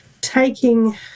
taking